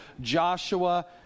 joshua